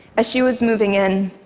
as she was moving in,